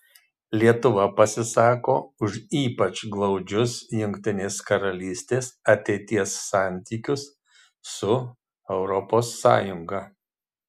lietuva pasisako už ypač glaudžius jungtinės karalystės ateities santykius su europos sąjunga